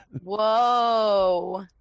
Whoa